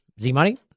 Z-Money